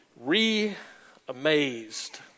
re-amazed